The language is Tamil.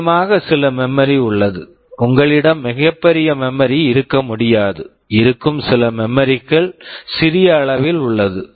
நிச்சயமாக சில மெமரி memory உள்ளது உங்களிடம் மிகப் பெரிய மெமரி memory இருக்க முடியாது இருக்கும் சில மெமரி memory -கள் சிறிய அளவில் உள்ளது